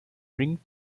ring